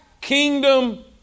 kingdom